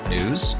News